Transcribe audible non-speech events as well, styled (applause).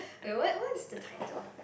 (breath) okay what what is the title